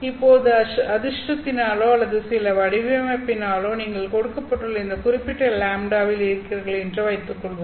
இப்போது அதிர்ஷ்டத்தினாலோ அல்லது சில வடிவமைப்பினாலோ நீங்கள் கொடுக்கப்பட்டுள்ள இந்த குறிப்பிட்ட λ வில் இருக்கிறீர்கள் என்று வைத்துக்கொள்வோம்